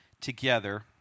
together